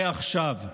ועכשיו,